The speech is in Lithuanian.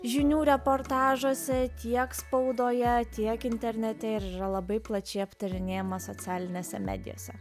žinių reportažuose tiek spaudoje tiek internete ir yra labai plačiai aptarinėjama socialinėse medijose